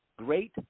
Great